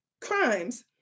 crimes